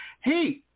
hey